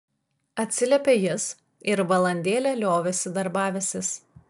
atsiliepė jis ir valandėlę liovėsi darbavęsis